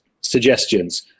suggestions